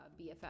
BFF